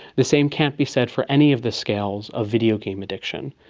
the same can't be said for any of the scales of videogame addiction.